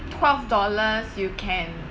twelve dollars you can